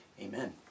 Amen